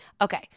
Okay